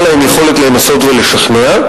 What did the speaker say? היתה להם יכולת לנסות ולשכנע.